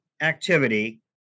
activity